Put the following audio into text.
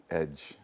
edge